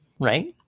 right